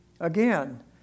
again